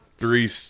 three